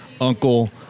uncle